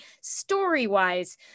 story-wise